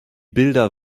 bilder